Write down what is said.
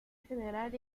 general